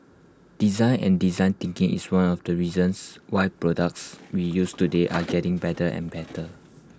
design and design thinking is one of the reasons why products we use today are getting better and better